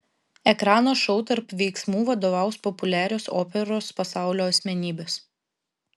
ekrano šou tarp veiksmų vadovaus populiarios operos pasaulio asmenybės